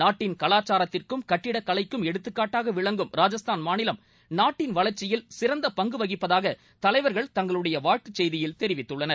நாட்டின் கவாச்சாரத்திற்கும் கட்டிடக் கலைக்கும் எடுத்துக்காட்டாக விளங்கும் ராஜஸ்தான் மாநிலம் நாட்டின் வளர்ச்சியில் சிறந்த பங்கு வகிப்பதாக தலைவர்கள் தங்களுடைய வாழ்த்துச் செய்தியில் தெரிவித்துள்ளனர்